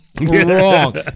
Wrong